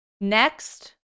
next